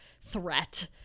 threat